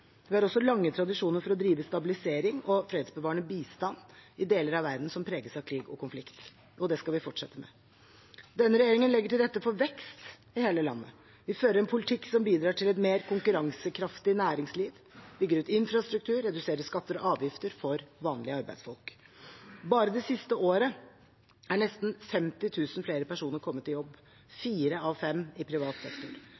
vi har også lange tradisjoner for å drive stabilisering og fredsbevarende bistand i deler av verden som preges av krig og konflikt. Det skal vi fortsette med. Denne regjeringen legger til rette for vekst i hele landet. Vi fører en politikk som bidrar til et mer konkurransekraftig næringsliv, bygger ut infrastruktur og reduserer skatter og avgifter for vanlige arbeidsfolk. Bare det siste året er nesten 50 000 flere personer kommet i jobb – fire av fem i privat sektor.